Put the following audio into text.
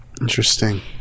Interesting